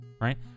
right